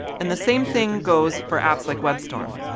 and the same thing goes for apps like webstorm.